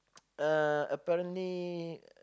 uh apparently